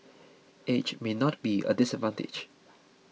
age may not be a disadvantage